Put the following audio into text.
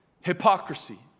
Hypocrisy